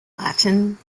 latin